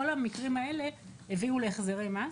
כל המקרים האלה הביאו להחזרי מס,